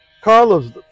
Carlos